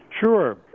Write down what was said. Sure